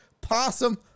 possum